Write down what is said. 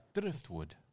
Driftwood